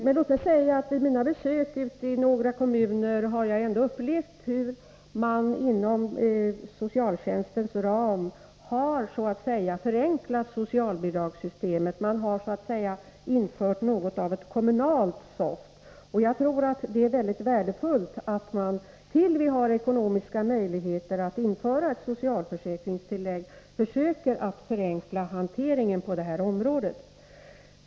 Men låt mig tillägga: Vid mina besök ute i några kommuner har jag upplevt att man inom socialtjänstens ram har förenklat socialbidragssystemet och infört något av ett kommunalt SOFT. Tills vi har ekonomiska möjligheter att införa ett socialförsäkringstillägg tror jag det är mycket värdefullt att försöka förenkla hanteringen på det här området.